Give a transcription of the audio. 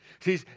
See